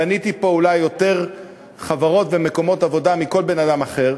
בניתי פה אולי יותר חברות ומקומות עבודה מכל בן-אדם אחר,